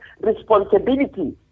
responsibility